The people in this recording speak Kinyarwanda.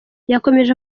yakomeje